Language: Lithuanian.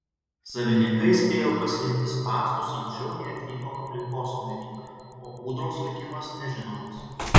savininkai spėjo pasiimti spąstus anksčiau nei atvyko aplinkosaugininkai o ūdros likimas nežinomas